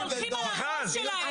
מיכל,